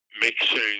mixing